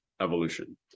Evolution